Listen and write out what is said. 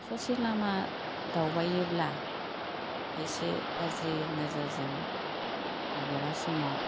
ससे लामा दावबायोब्ला खायसे गाज्रि नोजोरजों माब्लाबा समाव